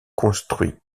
construit